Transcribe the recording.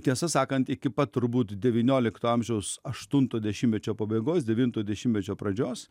tiesą sakant iki pat turbūt devyniolikto amžiaus aštunto dešimtmečio pabaigos devinto dešimtmečio pradžios